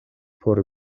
por